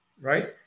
right